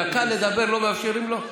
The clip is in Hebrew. דקה לדבר לא מאפשרים לו?